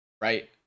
Right